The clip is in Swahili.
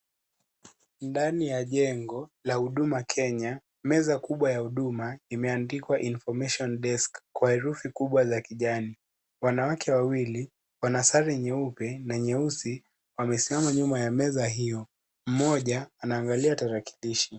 Ndani ya jengo la Huduma Kenya, meza kubwa ya Huduma imeandikwa " Information Desk " kwa herufi kubwa za kijani. Wanawake wawili wana sare nyeupe na nyeusi, wamesimama nyuma ya meza hiyo. Mmoja anaangalia tarakilishi.